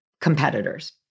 competitors